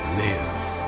live